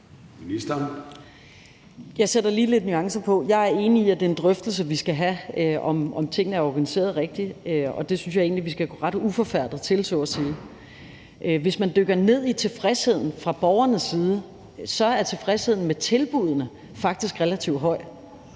Jeg sætter lige lidt nuancer på. Jeg er enig i, at det er en drøftelse, vi skal have – om tingene er organiseret rigtigt – og det synes jeg egentlig at vi skal gå ret uforfærdet til, så at sige. Hvis man dykker ned i undersøgelser af tilfredsheden fra borgernes side, kan man se, at tilfredsheden med tilbuddene faktisk er relativt høj